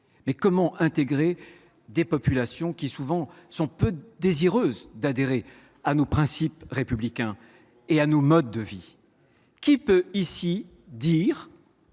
comment intégrer des populations souvent peu désireuses d’adhérer à nos principes républicains et à nos modes de vie ? Ici, qui peut